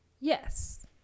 Yes